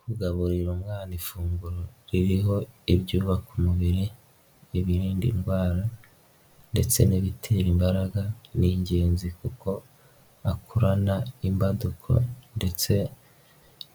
Kugaburira umwana ifunguro ririho ibyubaka umubiri, ibirinda indwara ndetse n'ibitera imbaraga ni ingenzi kuko akurana imbaduko ndetse